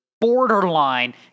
borderline